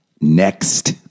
Next